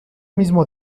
mismo